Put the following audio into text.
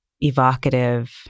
evocative